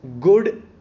good